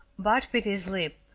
bart bit his lip,